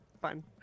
Fine